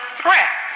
threat